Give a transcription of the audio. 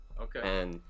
Okay